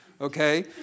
okay